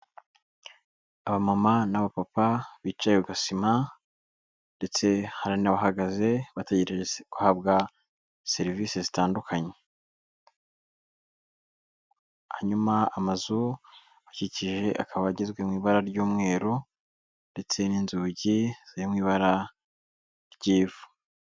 Aba mama n'abapapa, bicaye ku gasima ndetse hari n'abahagaze bategereje guhabwa serivisi zitandukanye, hanyuma amazu akikije aba agizwe mu ibara ry'umweru ndetse n'inzugi ziri mu ibara ry'ivu.